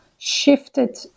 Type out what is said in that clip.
Shifted